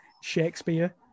Shakespeare